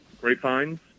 grapevines